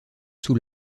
sous